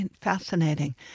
fascinating